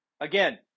Again